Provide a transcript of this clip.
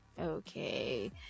okay